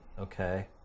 Okay